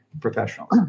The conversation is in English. professionals